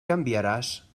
canviaràs